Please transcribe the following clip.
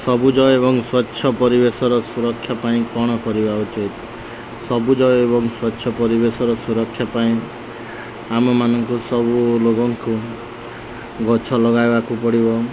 ସବୁଜ ଏବଂ ସ୍ୱଚ୍ଛ ପରିବେଶର ସୁରକ୍ଷା ପାଇଁ କ'ଣ କରିବା ଉଚିତ ସବୁଜ ଏବଂ ସ୍ୱଚ୍ଛ ପରିବେଶର ସୁରକ୍ଷା ପାଇଁ ଆମମାନଙ୍କୁ ସବୁ ଲୋକଙ୍କୁ ଗଛ ଲଗାଇବାକୁ ପଡ଼ିବ